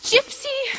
Gypsy